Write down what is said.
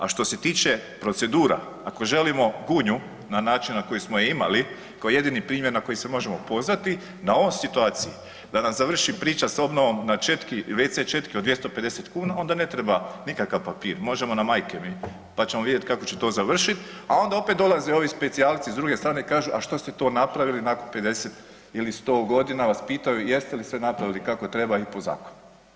A što se tiče procedura, ako želimo Gunju na način na koji smo je imali kao jedini primjer na koji se možemo pozvati na ovoj situaciji da nam završi priča s obnovom na wc četki od 250 kuna onda ne treba nikakav papir, možemo na majke mi pa ćemo vidjeti kako će to završit, a onda opet dolaze ovi specijalci s druge strane kažu, a šta ste to napravili nakon 50 ili 100 godina vas pitaju, jeste li sve napravili kako treba i po zakonu.